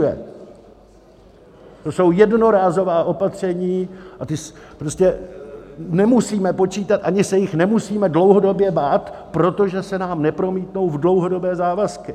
To jsou jednorázová opatření a ta prostě nemusíme počítat ani se jich nemusíme dlouhodobě bát, protože se nám nepromítnou v dlouhodobé závazky.